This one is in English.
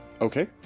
Okay